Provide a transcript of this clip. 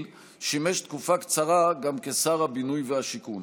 שימש תקופה קצרה גם כשר הבינוי והשיכון.